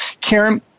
Karen